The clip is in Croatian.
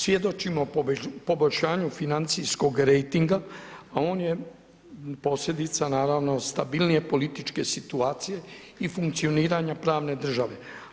Svjedočimo poboljšanju financijskog rejtinga a on je posljedica naravno, stabilnije političke situacije i funkcioniranja pravne države.